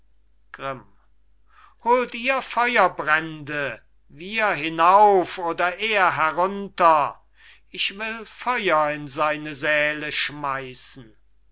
grimm holt ihr feuerbrände wir hinauf oder er herunter ich will feuer in seine säle schmeißen